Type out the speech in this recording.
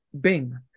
bing